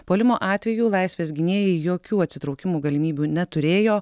puolimo atveju laisvės gynėjai jokių atsitraukimo galimybių neturėjo